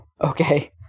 Okay